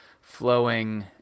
flowing